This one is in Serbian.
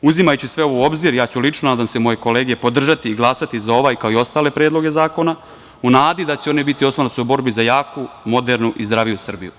Uzimajući sve u obzir, ja ću lično, nadam se i moje kolege podržati i glasati za ovaj, kao i ostale predloge zakona, u nadi da će oni biti oslonac u borbi za jaku, modernu i zdraviju Srbiju.